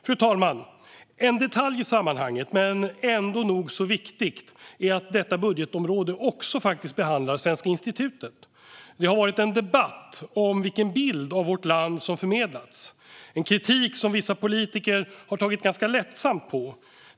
Fru talman! En detalj i sammanhanget, men ändå nog så viktigt, är att detta budgetområde också faktiskt behandlar Svenska institutet. Det har varit en debatt om vilken bild av vårt land som förmedlas - en kritik som vissa politiker har tagit ganska lätt på.